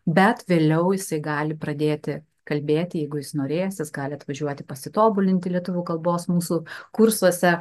bet vėliau jisai gali pradėti kalbėti jeigu jis norės jis gali atvažiuoti pasitobulinti lietuvių kalbos mūsų kursuose